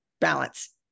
balance